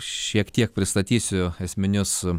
šiek tiek pristatysiu esminius